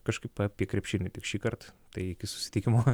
kažkaip apie krepšinį tik šįkart tai iki susitikimo